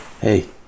Hey